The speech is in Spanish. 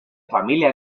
familia